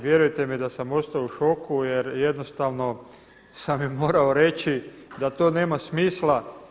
Vjerujte mi da sam ostao u šoku, jer jednostavno sam joj morao reći da to nema smisla.